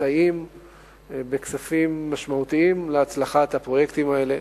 מסייעים בכספים משמעותיים להצלחת הפרויקטים האלה.